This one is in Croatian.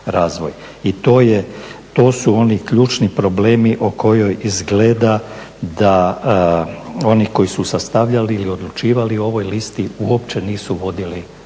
to su oni ključni problemi o kojoj izgleda da oni koji su sastavljali ili odlučivali o ovoj listi, uopće nisu vodili računa.